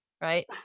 Right